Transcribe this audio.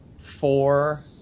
four